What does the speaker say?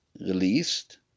released